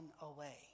away